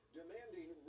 demanding